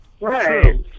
Right